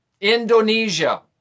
Indonesia